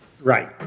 Right